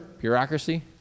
bureaucracy